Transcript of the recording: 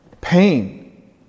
pain